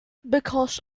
because